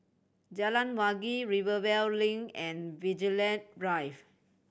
Jalan Wangi Rivervale Link and Vigilante Drive